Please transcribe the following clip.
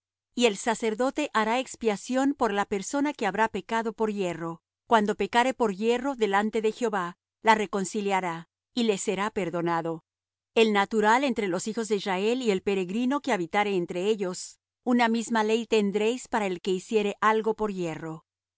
y el sacerdote hará expiación por la persona que habrá pecado por yerro cuando pecare por yerro delante de jehová la reconciliará y le será perdonado el natural entre los hijos de israel y el peregrino que habitare entre ellos una misma ley tendréis para el que hiciere algo por yerro